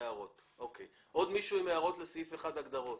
יש עוד הערות לסעיף 1, הגדרות?